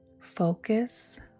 Focus